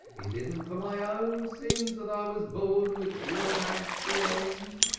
it isn't for my own sins that i was born with ill-matched legs.